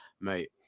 mate